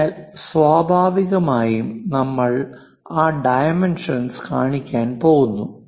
അതിനാൽ സ്വാഭാവികമായും നമ്മൾ ആ ഡൈമെൻഷൻ കാണിക്കാൻ പോകുന്നു